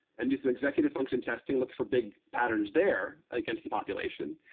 and do some executive function testing, look for big patterns there against the population.